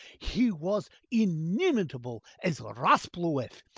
he was inimitable as rasplueff,